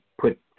put